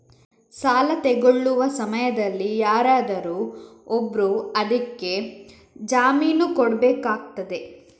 ಸಾಲ ತೆಗೊಳ್ಳುವ ಸಮಯದಲ್ಲಿ ಯಾರಾದರೂ ಒಬ್ರು ಅದಕ್ಕೆ ಜಾಮೀನು ಕೊಡ್ಬೇಕಾಗ್ತದೆ